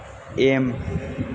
M